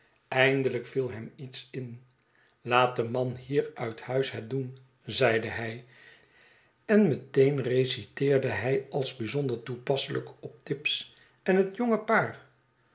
eindelijk viel hem iets in laat de man hier uit huis het doen zeide hij en met een reciteerde hij als bijzonder toepasselijk op tibbs en het jonge paar